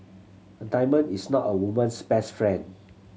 a diamond is not a woman's best friend